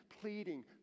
pleading